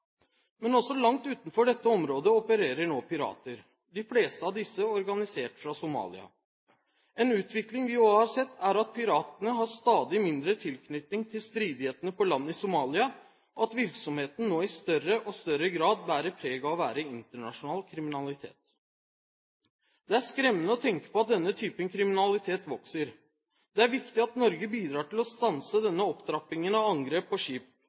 Men også langt utenfor dette området opererer nå pirater. De fleste av disse er organisert fra Somalia. En utvikling vi også har sett, er at piratene har stadig mindre tilknytning til stridighetene på land i Somalia, og at virksomheten nå i større og større grad bærer preg av å være internasjonal kriminalitet. Det er skremmende å tenke på at denne typen kriminalitet vokser. Det er viktig at Norge bidrar til å stanse denne opptrappingen av angrep på skip.